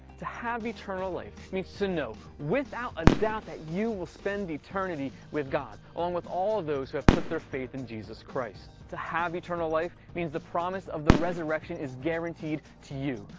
to have eternal life means to know without a doubt that you will spend eternity with god, along with all those who have put their faith in jesus. to have eternal life, means the promise of the resurrection is guaranteed to you,